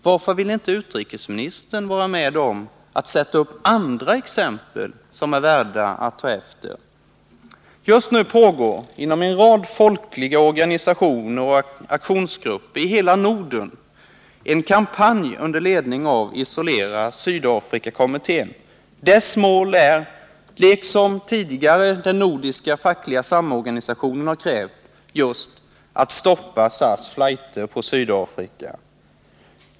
Varför vill inte utrikesministern vara med om att sätta upp andra exempel som är värda att ta efter? Just nu pågår inom en rad folkliga organisationer och aktionsgrupper i hela Norden en kampanj under ledning av Isolera Sydafrika-kommittén. Dess mål är, liksom tidigare den nordiska fackliga samorganisationen har krävt, just att stoppa SAS flighter på Sydafrika.